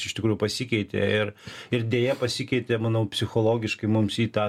iš tikrųjų pasikeitė ir ir deja pasikeitė manau psichologiškai mums į tą